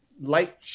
light